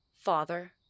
Father